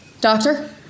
Doctor